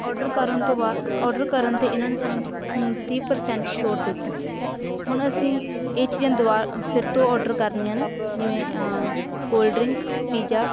order ਕਰਨ ਤੋਂ ਬਾਅਦ ਔਡਰ ਕਰਨ 'ਤੇ ਇਹਨਾਂ ਨੇ ਸਾਨੂੰ ਤੀਹ ਪਰਸੈਂਟ ਛੋਟ ਦਿੱਤੀ ਹੁਣ ਅਸੀਂ ਇਹ ਚੀਜ਼ਾਂ ਦੁਬਾਰ ਫਿਰ ਤੋਂ ਔਡਰ ਕਰਨੀਆਂ ਨੇ ਜਿਵੇਂ ਕੋਲਡ ਡਰਿੰਕ ਪੀਜਾ